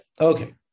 Okay